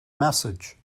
message